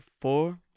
four